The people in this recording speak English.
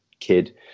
kid